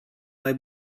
mai